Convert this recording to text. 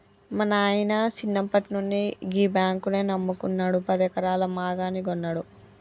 మా నాయిన సిన్నప్పట్నుండి గీ బాంకునే నమ్ముకున్నడు, పదెకరాల మాగాని గొన్నడు